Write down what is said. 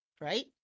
right